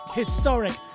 historic